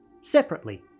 separately